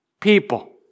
people